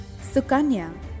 Sukanya